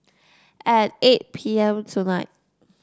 at eight P M tonight